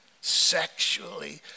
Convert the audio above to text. sexually